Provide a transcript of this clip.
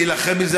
ונילחם על זה,